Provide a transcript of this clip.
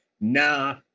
Nah